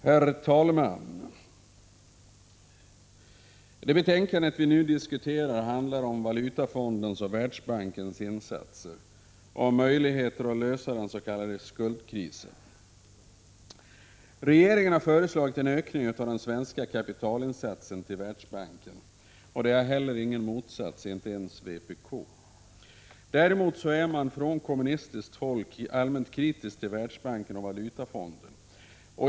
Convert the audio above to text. Herr talman! Det betänkande vi nu diskuterar handlar om Valutafondens och Världsbankens insatser och möjligheterna att lösa den s.k. skuldkrisen. Regeringen har föreslagit en ökning av den svenska kapitalinsatsen till Världsbanken. Det har ingen motsatt sig, inte ens vpk. Däremot är man från kommunistiskt håll allmänt kritisk till Världsbanken och Valutafonden.